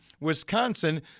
Wisconsin